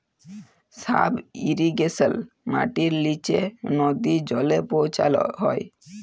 sub ইরিগেশলে মাটির লিচে লদী জলে পৌঁছাল হ্যয়